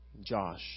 Josh